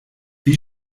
wie